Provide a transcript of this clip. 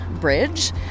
bridge